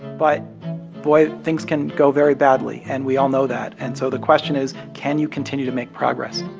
but boy, things can go very badly, and we all know that. and so the question is can you continue to make progress?